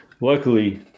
luckily